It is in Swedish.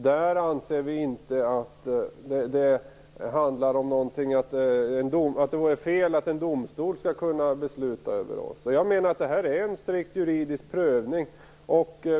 Där anser vi inte att det vore fel att en domstol skulle kunna besluta över oss. Det är en strikt juridisk prövning.